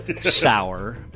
sour